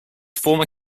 former